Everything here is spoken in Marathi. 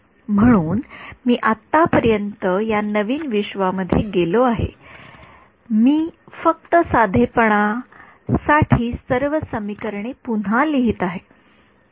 म्हणून मी आतापर्यंत या नवीन विश्वामध्ये गेलो आहे मी फक्त साधेपणासाठी सर्व समीकरणे पुन्हा लिहित आहे